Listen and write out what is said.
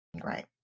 right